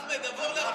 אחמד, עבור ל-41.